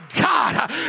God